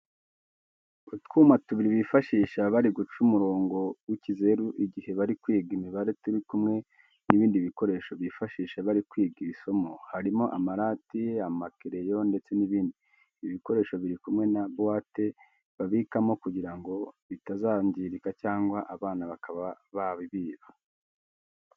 Utwuma tubiri bifashisha bari guca umurongo w'ikizeru igihe bari kwiga imibare turi kumwe n'ibindi bikoresho bifashisha bari kwiga iri somo harimo amarati, amakereyo ndetse n'ibindi. Ibi bikoresho biri kumwe na buwate babibikamo kugira ngo bitazangirika cyangwa abana bakaba babibiba.